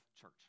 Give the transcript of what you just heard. church